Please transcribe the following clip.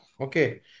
Okay